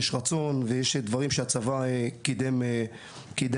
בסך הכול יש רצון ויש דברים שהצבא קידם בנושא.